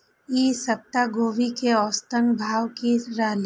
ई सप्ताह गोभी के औसत भाव की रहले?